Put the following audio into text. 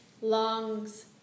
lungs